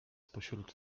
pośród